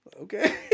okay